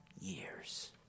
years